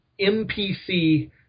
mpc